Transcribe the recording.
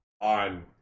on